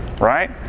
right